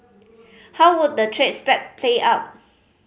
how would the trade spat play out